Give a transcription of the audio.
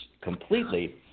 completely